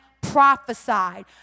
prophesied